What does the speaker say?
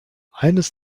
eines